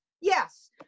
Yes